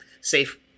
safe